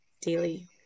daily